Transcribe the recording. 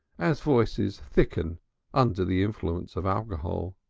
as voices thicken under the influence of alcohol.